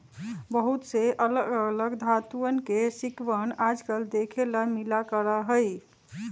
बहुत से अलग अलग धातुंअन के सिक्कवन आजकल देखे ला मिला करा हई